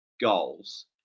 goals